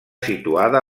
situada